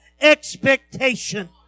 expectation